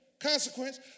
consequence